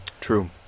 True